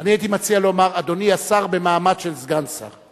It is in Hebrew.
אני הייתי מציע לומר: אדוני השר במעמד של סגן שר.